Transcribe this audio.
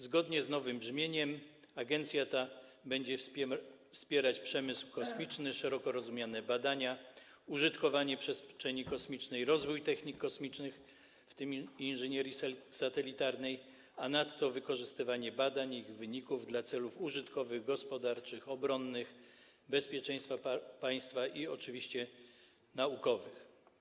Zgodnie z nowym brzmieniem agencja ta będzie wspierać przemysł kosmiczny, szeroko rozumiane badania, użytkowanie przestrzeni kosmicznej, rozwój technik kosmicznych, w tym inżynierii satelitarnej, a nadto wykorzystywanie badań i ich wyników dla celów użytkowych, gospodarczych, obronnych, bezpieczeństwa państwa i oczywiście naukowych.